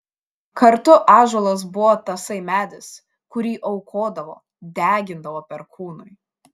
kartu ąžuolas buvo tasai medis kurį aukodavo degindavo perkūnui